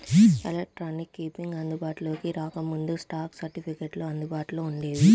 electronic keeping అందుబాటులోకి రాకముందు, stock సర్టిఫికెట్లు అందుబాటులో వుండేవి